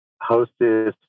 hostess